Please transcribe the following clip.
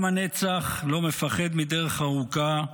עם הנצח לא מפחד מדרך ארוכה,